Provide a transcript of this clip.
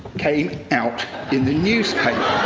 came out in the newspaper.